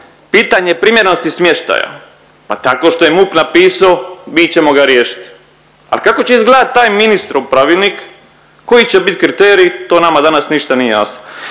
pitanje primjerenosti smještaja? Pa tako što je MUP napisao mi ćemo ga riješiti, ali kako će izgledat taj ministrov pravilnik, koji će biti kriteriji to nama danas ništa nije jasno.